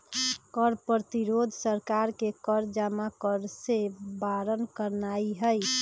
कर प्रतिरोध सरकार के कर जमा करेसे बारन करनाइ हइ